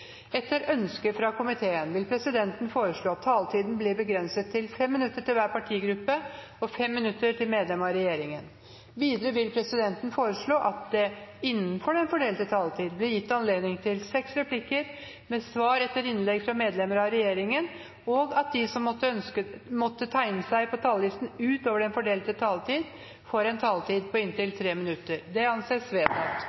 Etter ønske fra transport- og kommunikasjonskomiteen vil presidenten foreslå at taletiden blir begrenset til 5 minutter til hver partigruppe og 5 minutter til medlem av regjeringen. Videre vil presidenten foreslå at det blir gitt anledning til seks replikker med svar etter innlegg fra medlemmer av regjeringen innenfor den fordelte taletid, og at de som måtte tegne seg på talerlisten utover den fordelte taletid, får en taletid på inntil 3 minutter. – Det anses vedtatt.